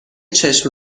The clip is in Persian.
چشم